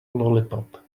lollipop